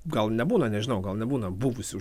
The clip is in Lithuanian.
gal nebūna nežinau gal nebūna buvusių